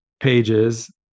pages